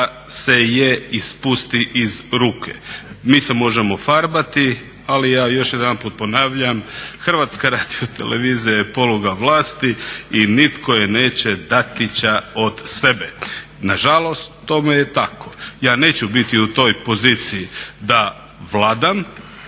se je ispusti iz ruke. Mi se možemo farbati, ali ja još jedanput ponavljam HRT je poluga vlasti i nitko je neće dati ća od sebe. Na žalost tome je tako. Ja neću biti u toj poziciji da vladam,